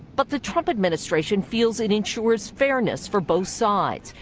but the trump administration feels it ensures fairness for both sides.